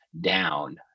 down